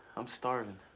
i'm starving.